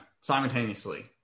simultaneously